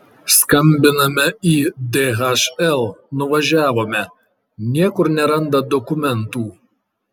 skambiname į dhl nuvažiavome niekur neranda dokumentų